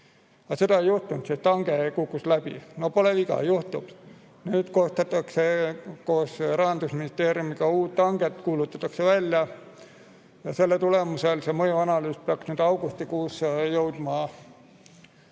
seda ei juhtunud, sest hange kukkus läbi. No pole viga, juhtub. Nüüd koostatakse koos Rahandusministeeriumiga uut hanget, kuulutatakse välja. Selle tulemusel peaks see mõjuanalüüs augustikuus jõudma